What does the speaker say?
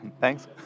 Thanks